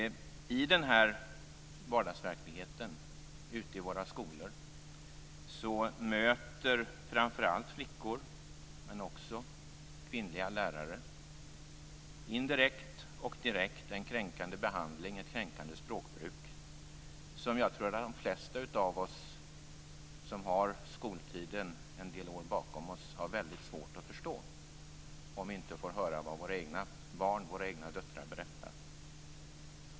I vardagsverkligheten i våra skolor möter framför allt flickor men också kvinnliga lärare indirekt och direkt en kränkande behandling och ett kränkande språkbruk som jag tror att de flesta av oss som har skoltiden bakom oss har väldigt svårt att förstå, om vi inte får höra våra egna barn berätta.